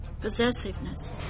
possessiveness